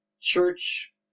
church